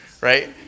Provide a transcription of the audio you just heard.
right